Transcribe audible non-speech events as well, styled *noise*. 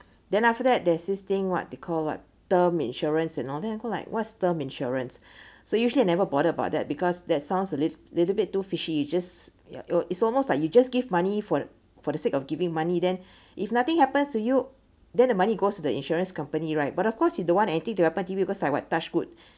then after that there's this thing what they call what term insurance and all that you go like what's term insurance *breath* so usually I never bothered about that because that sounds a little little bit too fishy you just ya you it's almost like you just give money for the for the sake of giving money then if nothing happens to you then the money goes to the insurance company right but of course you don't want anything to happen to you because like what touch wood